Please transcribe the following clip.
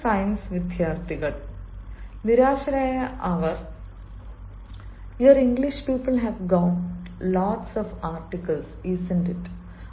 പ്രത്യേകിച്ച് സയൻസ് വിദ്യാർത്ഥികൾ നിരാശരായ അവർ you English people have got lots of articles isn't it